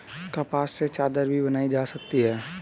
कपास से चादर भी बनाई जा सकती है